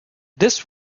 this